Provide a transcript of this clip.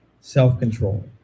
self-control